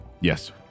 Yes